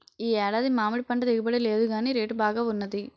ఈ ఏడాది మామిడిపంట దిగుబడి లేదుగాని రేటు బాగా వున్నది